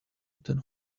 than